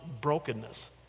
brokenness